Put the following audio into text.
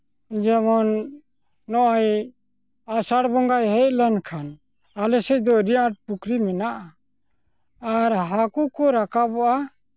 ᱡᱮᱢᱚᱱ ᱱᱚᱜᱼᱚᱸᱭ ᱟᱥᱟᱲ ᱵᱚᱸᱜᱟᱭ ᱦᱮᱡ ᱞᱮᱱᱠᱷᱟᱱ ᱟᱞᱮ ᱥᱮᱡ ᱫᱚ ᱟᱹᱰᱤ ᱟᱸᱴ ᱯᱩᱠᱷᱨᱤ ᱢᱮᱱᱟᱜᱼᱟ ᱟᱨ ᱦᱟᱹᱠᱩ ᱠᱚ ᱨᱟᱠᱟᱵᱚᱜᱼᱟ